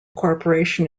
corporation